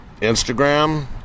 Instagram